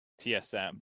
TSM